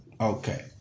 Okay